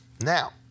Now